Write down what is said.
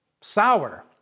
sour